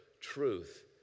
truth